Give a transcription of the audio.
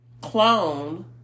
clone